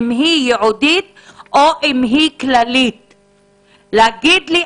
אם היא ייעודית או אם היא כללית, להגיד לי.